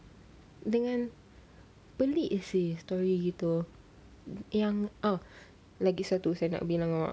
dengan pelik seh story gitu yang oh lagi satu saya nak bilang ah